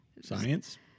Science